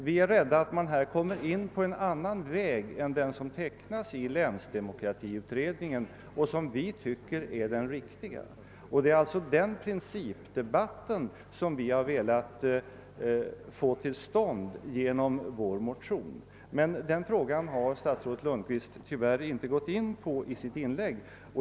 Vi är rädda för att man här kommer in på en annan väg än den som angivits av länsdemokratiutredningen och som vi tycker är den riktiga. Det är alltså den principdebatten som vi har velat få till stånd genom vår motion, Men den frågan har statsrådet Lundkvist tyvärr inte gått in på i sitt inlägg.